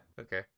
Okay